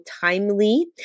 timely